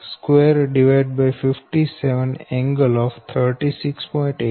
8701